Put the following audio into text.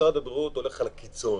משרד הבריאות הולך על הקיצון,